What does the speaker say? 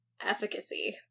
efficacy